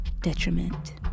detriment